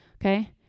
Okay